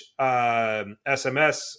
SMS